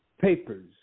Papers